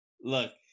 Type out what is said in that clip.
Look